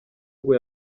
ngo